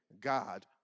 God